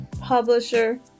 publisher